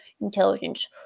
intelligence